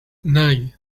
night